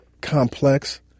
complex